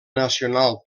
nacional